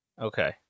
Okay